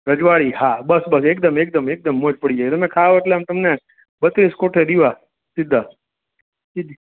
રજવાડી હા બસ બસ એકદમ એકદમ એકદમ મોજ પડી જાય તમે ખાવ એટલે તમને બત્રીસ કોઠે દીવા સીધા ઈ જ